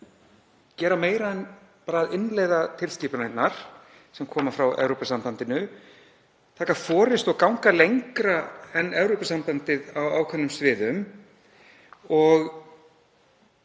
gera meira en bara að innleiða tilskipanir sem koma frá Evrópusambandinu, taka forystu og ganga lengra en Evrópusambandið á ákveðnum sviðum og